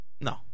No